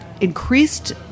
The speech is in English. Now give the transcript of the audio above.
increased